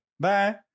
Bye